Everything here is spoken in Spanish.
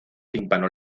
tímpano